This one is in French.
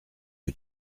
que